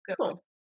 cool